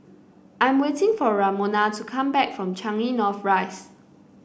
I am waiting for Ramona to come back from Changi North Rise